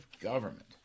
government